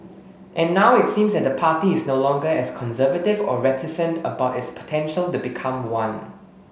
and now it seems that the party is no longer as conservative or reticent about its potential to become one